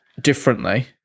differently